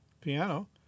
piano